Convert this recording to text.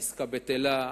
העסקה בטלה,